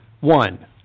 One